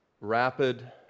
Rapid